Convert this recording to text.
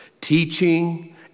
Teaching